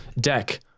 deck